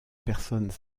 personnes